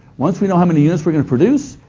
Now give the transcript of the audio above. once we know how many units we're going to produce,